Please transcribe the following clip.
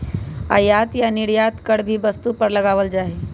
आयात या निर्यात कर भी वस्तु पर लगावल जा हई